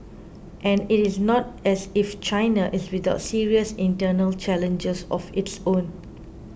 and it is not as if China is without serious internal challenges of its own